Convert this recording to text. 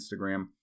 Instagram